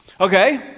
Okay